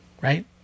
right